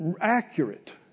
accurate